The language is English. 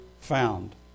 found